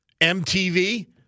MTV